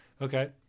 Okay